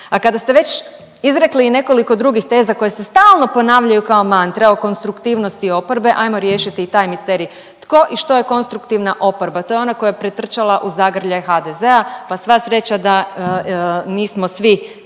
A kada ste već izrekli i nekoliko drugih teza koje se stalno ponavljaju kao mantra o konstruktivnosti oporbe, ajmo riješiti taj misterij. Tko i što je konstruktivna oporba? To je ona koja je pretrčala u zagrljaj HDZ-a pa sva sreća nismo svi